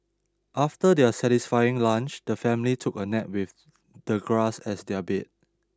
after their satisfying lunch the family took a nap with the grass as their bed